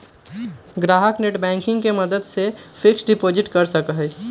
ग्राहक नेटबैंकिंग के मदद से फिक्स्ड डिपाजिट कर सका हई